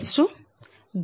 1806 j0